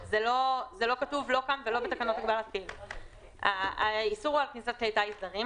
זה לא כתוב לא כאן ולא בתקנות- -- האיסור הוא של כלי טיס זרים.